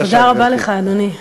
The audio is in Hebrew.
תודה רבה לך, אדוני.